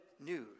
news